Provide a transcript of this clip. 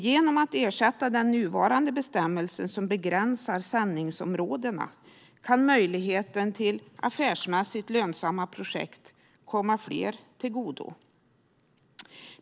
Genom att den nuvarande bestämmelsen, som begränsar sändningsområdena, ersätts kan möjligheten till affärsmässigt lönsamma projekt komma fler till godo.